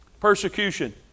persecution